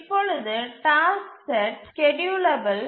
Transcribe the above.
இப்பொழுது task set schedulable